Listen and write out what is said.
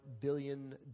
billion